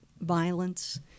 violence